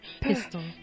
pistol